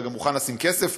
אלא גם מוכן לשים כסף.